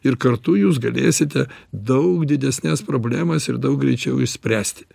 ir kartu jūs galėsite daug didesnes problemas ir daug greičiau išspręsti